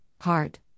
heart